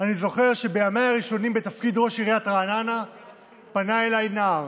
אני זוכר שבימיי הראשונים בתפקיד ראש עיריית רעננה פנה אליי נער,